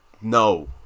No